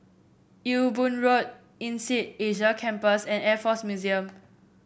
Ewe Boon Road INSEAD Asia Campus and Air Force Museum